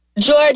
George